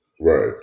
right